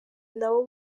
nabo